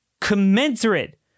Commensurate